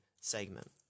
segment